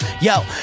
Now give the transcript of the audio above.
yo